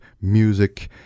music